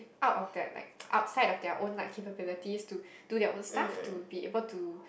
out of that like outside of their own like capabilities to do their own stuff to be able to